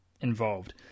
involved